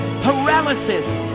paralysis